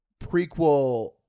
Prequel